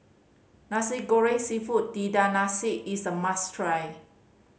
Nasi Goreng Seafood Tiga Rasa is a must try